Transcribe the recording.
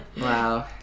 Wow